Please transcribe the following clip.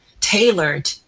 tailored